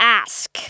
ask